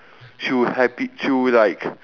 she would have been through like